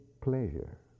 pleasure